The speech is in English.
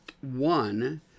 one